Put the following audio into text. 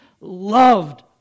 loved